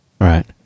Right